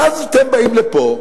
ואז אתם באים לפה,